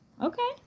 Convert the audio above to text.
Okay